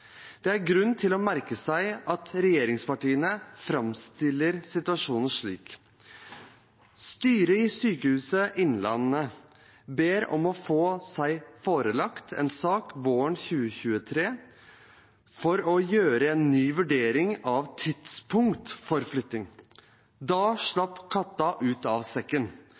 Det er grunn til å merke seg at regjeringspartiene framstiller situasjonen slik: «styret i Sykehuset Innlandet ber om å få seg forelagt en sak våren 2023 for å gjøre en ny vurdering av tidspunkt for flytting.» Da slapp katta ut av sekken: